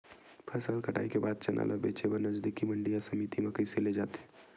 फसल कटाई के बाद चना ला बेचे बर नजदीकी मंडी या समिति मा कइसे ले जाथे?